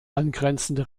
angrenzende